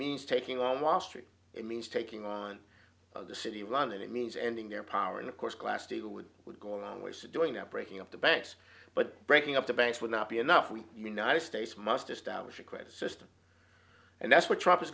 means taking on wall street it means taking on the city of london it means ending their power and of course glass steagall would would go a long ways to doing that breaking up the banks but breaking up the banks would not be enough we united states must establish a credit system and that's what tr